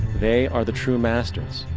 they are the true masters,